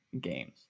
games